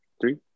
three